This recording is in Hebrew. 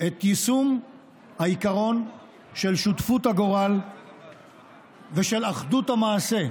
את יישום העיקרון של שותפות הגורל ושל אחדות המעשה.